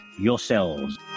yourselves